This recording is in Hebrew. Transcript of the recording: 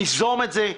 ניזום את זה,